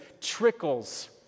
trickles